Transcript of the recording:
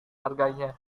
harganya